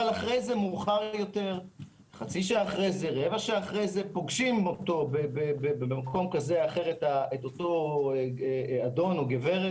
אבל רבע שעה אחרי זה פוגשים אותו במקום כזה או אחר את אותו אדון או גברת